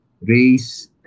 race